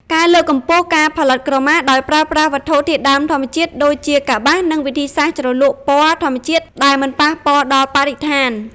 ការលើកកម្ពស់ការផលិតក្រមាដោយប្រើប្រាស់វត្ថុធាតុដើមធម្មជាតិ ដូចជាកប្បាសនិងវិធីសាស្រ្តជ្រលក់ពណ៌ធម្មជាតិដែលមិនប៉ះពាល់ដល់បរិស្ថាន។